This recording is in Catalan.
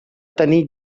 tenir